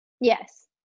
Yes